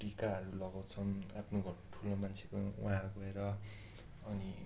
टीकाहरू लगाउँछौँ आफ्नो घरको ठुलो मान्छेको वहाँ गएर अनि